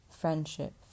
Friendship